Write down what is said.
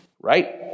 right